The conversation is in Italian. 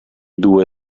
due